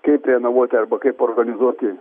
kaip renovuoti arba kaip organizuoti